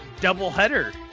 doubleheader